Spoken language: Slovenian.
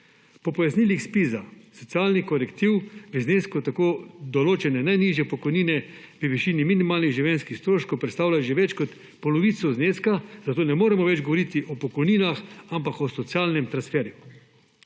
Po pojasnilih Zpiza socialni korektiv v znesku tako določene najnižje pokojnine v višini minimalnih življenjskih stroškov predstavlja že več kot polovico zneska, zato ne moremo več govoriti o pokojninah, ampak o socialnem transferju.